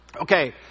Okay